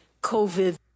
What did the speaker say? COVID